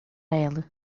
ela